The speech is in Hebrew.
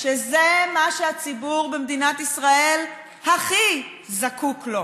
שזה מה שהציבור במדינת ישראל הכי זקוק לו,